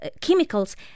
chemicals